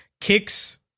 kicks